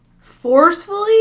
Forcefully